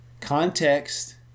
Context